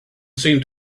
seemed